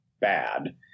bad